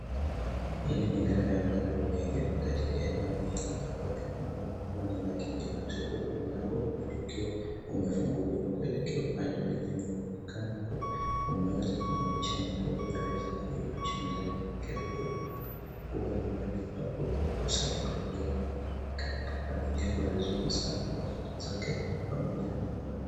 Hili ni gari ambalo limeegezwa katika eneo hili na ambapo tunaona kuwa la kibinafsi huku mlango mmoja ukiwa umefunguliwa kuelekea upande wa nje na unaonekana kuwa umeweza kumwezesha mtu huyu aweze kuiosha ndani yake. Huku tunaona kuwa ni mahali ambapo usafi wa magari hufanyika na kuaminiwa vizuri sana kwa kuta zake pamoja na mabati.